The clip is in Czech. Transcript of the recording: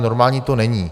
Normální to není.